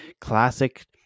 classic